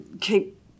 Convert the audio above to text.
keep